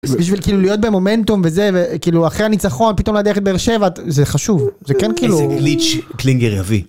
בשביל כאילו להיות במומנטום וזה וכאילו אחרי הניצחון פתאום הדרך לבאר-שבע זה חשוב זה כן כאילו קלינגר הביא